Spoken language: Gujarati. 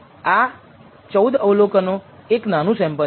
આ 14 અવલોકન એક નાનું સેમ્પલ છે